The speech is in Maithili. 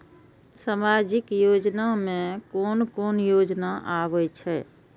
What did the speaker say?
सामाजिक योजना में कोन कोन योजना आबै छै?